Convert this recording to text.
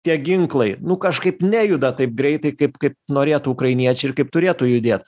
tie ginklai nu kažkaip nejuda taip greitai kaip kaip norėtų ukrainiečiai ir kaip turėtų judėt